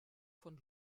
von